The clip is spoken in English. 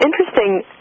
interesting